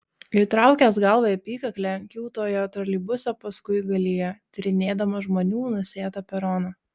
įtraukęs galvą į apykaklę kiūtojo troleibuso paskuigalyje tyrinėdamas žmonių nusėtą peroną